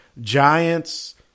Giants